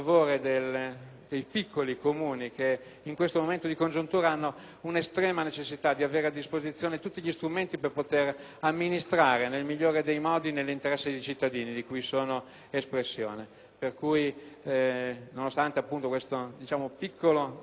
dei piccoli Comuni che, nell’attuale congiuntura, hanno estrema necessita di avere a disposizione tutti gli strumenti per poter amministrare nel migliore dei modi e nell’interesse dei cittadini di cui sono espressione. Pertanto, nonostante il piccolo rammarico